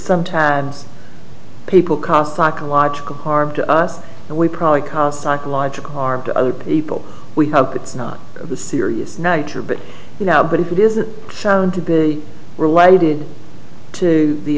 sometimes people cause psychological harm to us and we probably cause psychological harm to other people we hope it's not of the serious nature but now but it isn't shown to be related to the